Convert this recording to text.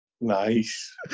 Nice